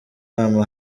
bampa